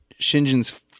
Shinjin's